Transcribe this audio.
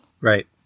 Right